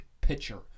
pitcher